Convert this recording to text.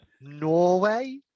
Norway